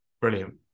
Brilliant